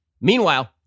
Meanwhile